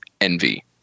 Envy